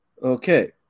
Okay